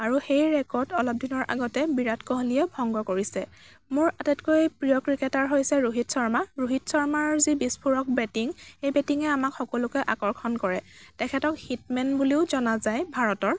আৰু সেই ৰেকৰ্ড অলপ দিনৰ আগতে বিৰাট ক'হলিয়ে ভংগ কৰিছে মোৰ আটাইতকৈ প্ৰিয় ক্ৰিকেটাৰ হৈছে ৰোহিত শৰ্মা ৰোহিত শৰ্মাৰ যি বিস্ফোৰক বেটিং সেই বেটিঙে আমাক সকলোকে আকৰ্ষণ কৰে তেখেতক হিট মেন বুলিও জনা যায় ভাৰতৰ